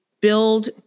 build